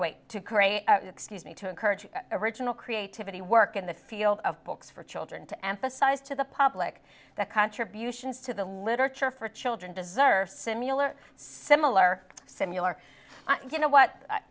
to excuse me to encourage original creativity work in the field of books for children to emphasize to the public that contributions to the literature for children deserve simular similar simular you know what